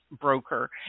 broker